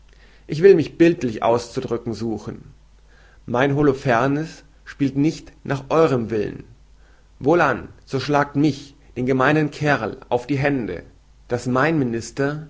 ich will mich bildlich auszudrücken suchen mein holofernes spielt nicht nach eurem willen wohlan so schlagt mich den gemeinen kerl auf die hände daß mein minister